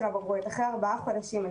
הבגרויות הגיעו אלינו ארבעה חודשים.